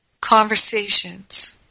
conversations